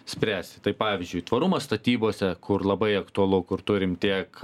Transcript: spręsti tai pavyzdžiui tvarumas statybose kur labai aktualu kur turim tiek